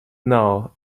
now